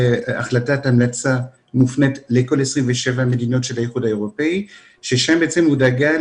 המלצה שמופנית לכל 27 מדינות האיחוד האירופי שבה הוא דגל